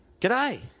G'day